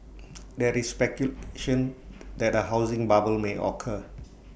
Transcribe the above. there is speculation that A housing bubble may occur